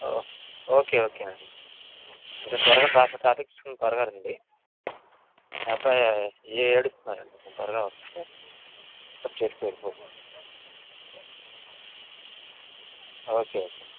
ఓ okay okay అండి కొంచెం త్వరగా ట్రాఫిక్ ట్రాఫిక్ చూసుకొని త్వరగా రండి మీ అబ్బాయి ఏడుస్తున్నారు అండి మీరు త్వరగా వస్తే పిక్అప్ చేసుకుని వెళ్ళిపోదురు కాని ఓకే ఓకే